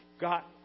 got